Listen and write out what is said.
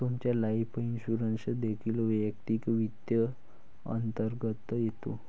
तुमचा life insurance देखील वैयक्तिक वित्त अंतर्गत येतो